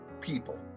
people